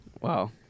Wow